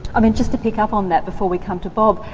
um and just to pick up on that before we come to bob,